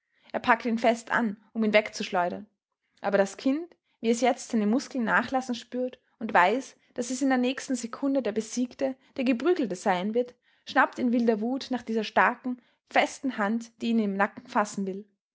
er packt ihn fest an um ihn wegzuschleudern aber das kind wie es jetzt seine muskeln nachlassen spürt und weiß daß es in der nächsten sekunde der besiegte der geprügelte sein wird schnappt in wilder wut nach dieser starken festen hand die ihn im nacken fassen will